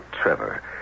Trevor